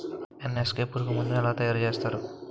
NSK పురుగు మందు ను ఎలా తయారు చేస్తారు?